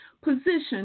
position